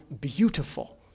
beautiful